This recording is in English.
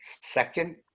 second